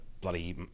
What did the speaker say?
bloody